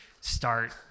start